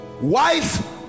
wife